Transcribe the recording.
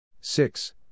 six